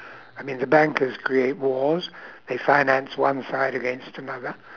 I mean the bankers create wars they finance one side against another